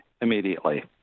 immediately